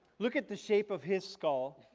look at the shape of his skull,